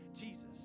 Jesus